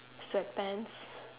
sweat pants